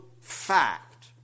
fact